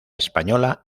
española